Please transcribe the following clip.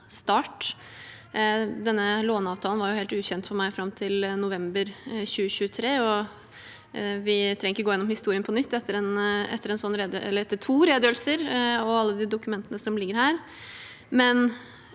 låneavtalen var helt ukjent for meg fram til november 2023. Vi trenger ikke gå gjennom historien på nytt etter to redegjørelser og alle de dokumentene som ligger her,